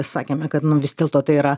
sakėme kad nu vis dėlto tai yra